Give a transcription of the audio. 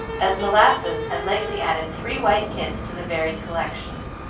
as molasses had lately added three white kits to the varied collection.